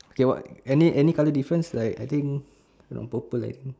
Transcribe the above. okay [what] any any colour difference like I think like purple like